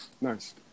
Nice